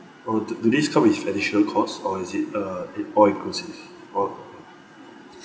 oh do do this come with additional cost or is it uh it all inclusive or